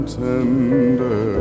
tender